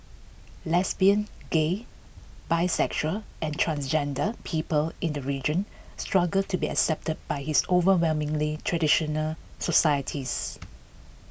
lesbian gay bisexual and transgender people in the region struggle to be accepted by its overwhelmingly traditional societies